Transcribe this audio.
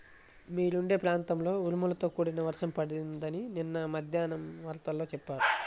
మీరుండే ప్రాంతంలో ఉరుములతో కూడిన వర్షం పడిద్దని నిన్న మద్దేన్నం వార్తల్లో చెప్పారు